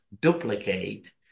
duplicate